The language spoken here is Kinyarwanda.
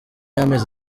y’amezi